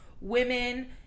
women